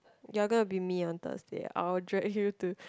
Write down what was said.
you're gonna be me on Thursday I'll drag you to